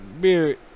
beer